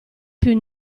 più